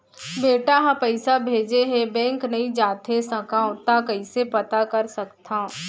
बेटा ह पइसा भेजे हे बैंक नई जाथे सकंव त कइसे पता कर सकथव?